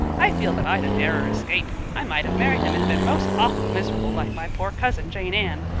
i feel that i'd a narrer escape. i might have married him and been most awful miserable, like my poor cousin, jane ann.